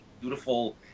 beautiful